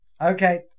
Okay